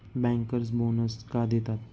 Bankers bonus का देतात?